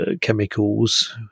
chemicals